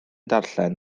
darllen